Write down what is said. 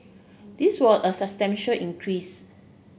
this was a substantial increase